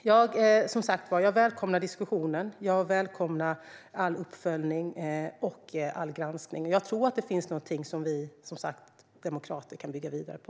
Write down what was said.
Jag välkomnar som sagt diskussionen. Jag välkomnar all uppföljning och all granskning, och jag tror att det finns någonting som vi demokrater kan bygga vidare på.